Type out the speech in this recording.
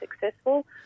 successful